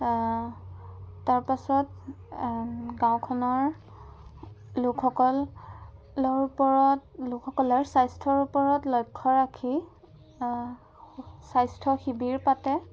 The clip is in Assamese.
তাৰপাছত গাঁওখনৰ লোকসকলৰ ওপৰত লোকসকলৰ স্বাস্থ্যৰ ওপৰত লক্ষ্য ৰাখি স্বাস্থ্য শিবিৰ পাতে